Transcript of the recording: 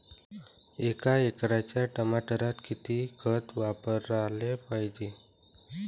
एका एकराच्या टमाटरात किती खत वापराले पायजे?